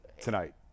tonight